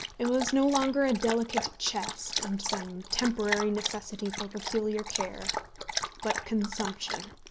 it was no longer delicate chest, and some temporary necessity for peculiar care but consumption!